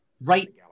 right